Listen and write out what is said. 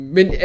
Men